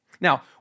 Now